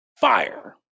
Fire